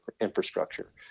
infrastructure